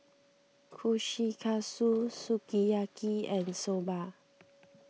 Kushikatsu Sukiyaki and Soba